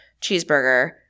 cheeseburger